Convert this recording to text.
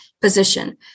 position